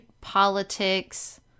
politics